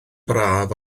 braf